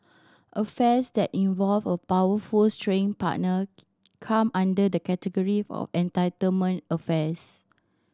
affairs that involve a powerful straying partner come under the category of entitlement affairs